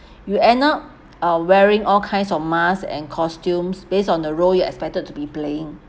you end up uh wearing all kinds of masks and costumes based on the role you're expected to be playing